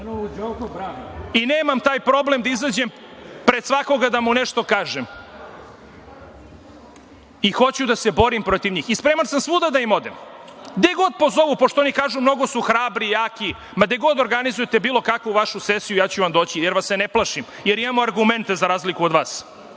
taj problem da izađem pred svakog da mu nešto kažem. Hoću da se borim protiv njih i spreman sam svuda da im odem, gde god pozovu, pošto oni kažu mnogo su hrabri, jaki. Gde god organizujete bilo kakvu vašu sesiju, ja ću vam doći, jer vas se ne plašim, jer imam argumente za razliku od